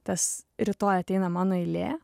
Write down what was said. tas rytoj ateina mano eilė